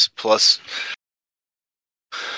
plus